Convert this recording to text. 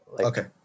Okay